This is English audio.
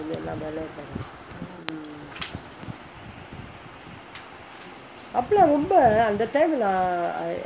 அப்போ லாம் ரொம்ப அந்த:appo laam romba antha time லாம்:laam